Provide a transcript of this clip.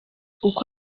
uko